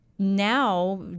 Now